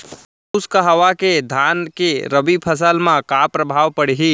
शुष्क हवा के धान के रबि फसल मा का प्रभाव पड़ही?